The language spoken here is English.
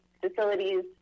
facilities